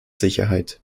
sicherheit